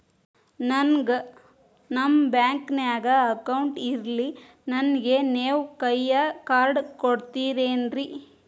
ನನ್ಗ ನಮ್ ಬ್ಯಾಂಕಿನ್ಯಾಗ ಅಕೌಂಟ್ ಇಲ್ರಿ, ನನ್ಗೆ ನೇವ್ ಕೈಯ ಕಾರ್ಡ್ ಕೊಡ್ತಿರೇನ್ರಿ?